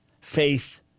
faith